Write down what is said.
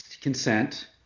Consent